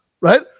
Right